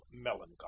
melancholy